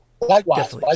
Likewise